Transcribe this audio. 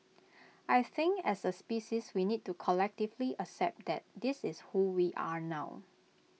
I think as A species we need to collectively accept that this is who we are now